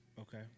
Okay